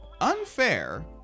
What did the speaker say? unfair